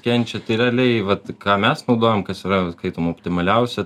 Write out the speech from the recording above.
kenčia tai realiai vat ką mes naudojam kas yra skaitom optimaliausia